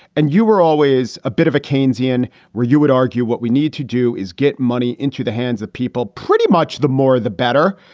and you were always a bit of a keynesian where you would argue what we need to do is get money into the hands of people. pretty much the more the better.